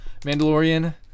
Mandalorian